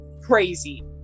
crazy